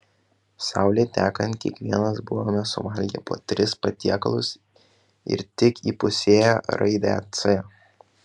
saulei tekant kiekvienas buvome suvalgę po tris patiekalus ir tik įpusėję raidę c